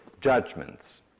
judgments